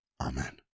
Amen